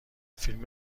فیلم